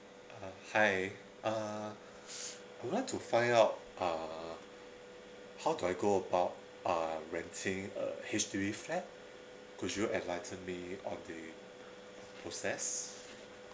uh hi uh would like to find out uh how do I go about uh renting a H_D_B flat could you enlighten me on the process